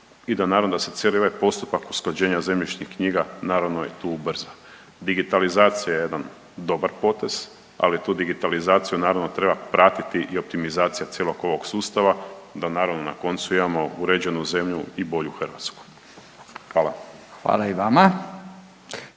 i da naravno da se cijeli ovaj postupak usklađenja zemljišnih knjiga naravno i tu ubrza. Digitalizacija je jedan dobar potez, ali tu digitalizaciju naravno treba pratiti i optimizacija cijelog ovog sustava da naravno na koncu imamo uređenu zemlju i bolju Hrvatsku. Hvala. **Radin,